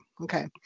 Okay